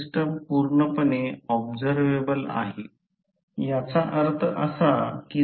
म्हणून j I2 XE2 चा अर्थ असा आहे की येथून येथून 90 o होईल आणि ही व्होल्टेज E2 आहे आणि ही ∂ आहे